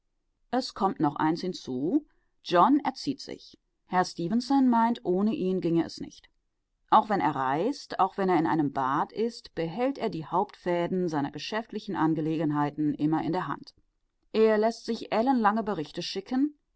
es kommt noch eins hinzu john erzieht sich herr stefenson meint ohne ihn ginge es nicht auch wenn er reist auch wenn er in einem bad ist behält er die hauptfäden seiner geschäftlichen angelegenheiten immer in der hand er läßt sich ellenlange berichte schicken